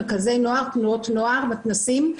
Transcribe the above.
מרכזי נוער, תנועות נוער, מתנ"סים.